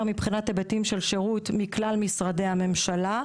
מבחינת היבטים של שירות מכלל משרדי הממשלה.